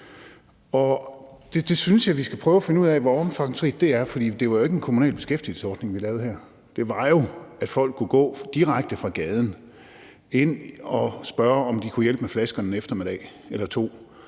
Det synes jeg vi skal prøve at finde ud af hvor omfangsrigt er, for det var jo ikke en kommunal beskæftigelsesordning, vi lavede her; formålet var jo, at folk kunne gå direkte ind fra gaden og spørge, om de kunne hjælpe med flaskerne en eftermiddag eller to